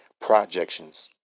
projections